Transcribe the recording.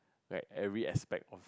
right every aspect of